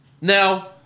Now